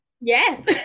Yes